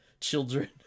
children